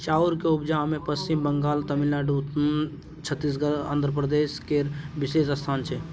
चाउर के उपजा मे पच्छिम बंगाल, तमिलनाडु, छत्तीसगढ़, आंध्र प्रदेश केर विशेष स्थान छै